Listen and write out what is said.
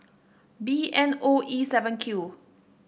B N O E seven Q